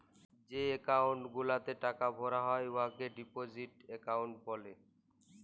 যে একাউল্ট গুলাতে টাকা ভরা হ্যয় উয়াকে ডিপজিট একাউল্ট ব্যলে